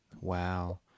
Wow